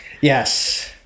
Yes